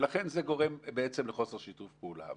לכן זה גורם לחוסר שיתוף פעולה.